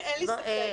אין לי ספק.